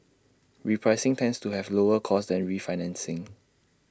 repricing tends to have lower costs than refinancing